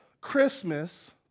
Christmas